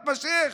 מתמשך.